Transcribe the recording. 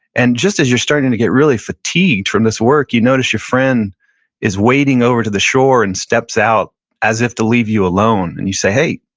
and just as you're starting to get really fatigued from this work, you notice your friend is wading over to the shore and steps out as if to leave you alone and you say, hey,